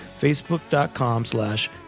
Facebook.com/slash